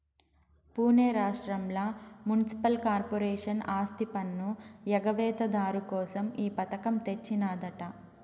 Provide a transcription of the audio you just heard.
పునే రాష్ట్రంల municipal corporation ఆస్తిపన్ను ఎగవేత దారు కోసం ఈ పథకం తెచ్చినాదట